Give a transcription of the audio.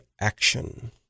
Action